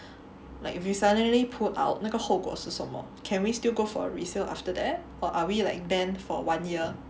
like if you suddenly pull out 那个后果是什么 can we still go for resale after that or are we like banned for one year